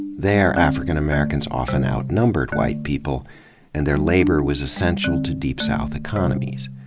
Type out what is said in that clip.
there, african americans often outnumbered white people and their labor was essential to deep south economies.